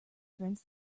prevents